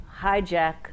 hijack